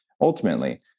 Ultimately